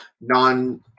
non